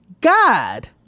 God